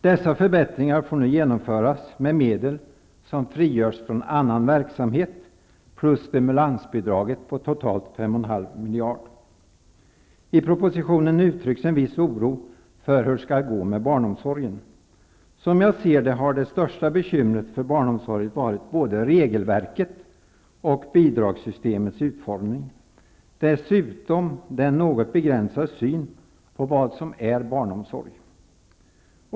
Dessa förbättringar får nu genomföras med medel som frigörs från annan verksamhet plus stimulansbidraget på totalt I propositionen uttrycks en viss oro för hur det skall gå för barnomsorgen. Som jag ser det har de största bekymren för barnomsorgen varit både regelverket och bidragssystemets utformning. Dessutom har den något begränsade synen på vad som är barnomsorg utgort ett problem.